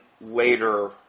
later